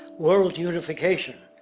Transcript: world unification,